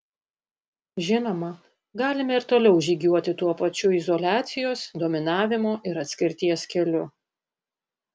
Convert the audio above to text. žinoma galime ir toliau žygiuoti tuo pačiu izoliacijos dominavimo ir atskirties keliu